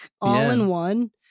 all-in-one